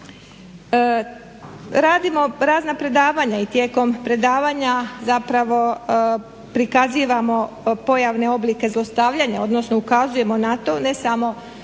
Radimo razna predavanja i tijekom predavanja zapravo prikazujemo pojavne oblike zlostavljanja, odnosno ukazujemo na to ne samo